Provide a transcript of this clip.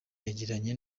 yagiranye